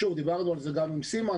דיברנו על זה גם עם סימה,